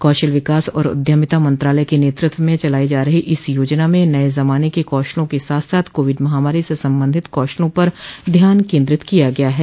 कौशल विकास और उद्यमिता मंत्रालय के नेतृत्व में चलायी जा रही इस योजना में नये जमाने के कौशलों के साथ साथ कोविड महामारी से संबंधित कौशलों पर ध्यान केन्द्रित किया गया है